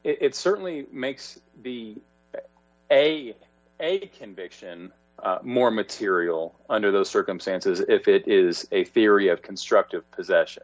that it certainly makes the a a conviction more material under those circumstances if it is a theory of constructive possession